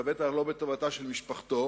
לבטח לא בטובתה של משפחתו,